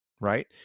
right